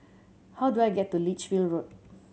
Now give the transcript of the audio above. how do I get to Lichfield Road